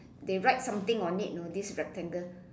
they write something on it you know this rectangle